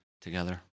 together